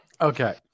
okay